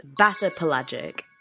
bathypelagic